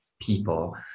people